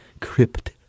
crypt